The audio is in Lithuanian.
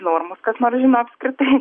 nu ar mus kas nors žino apskritai